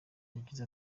yagize